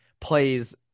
plays